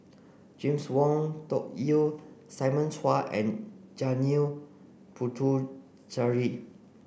James Wong Tuck Yim Simon Chua and Janil Puthucheary